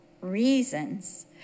reasons